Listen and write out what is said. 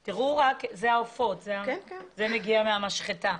תראו, זה העופות, זה מגיע מהמשחטה.